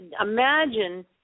imagine